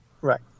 right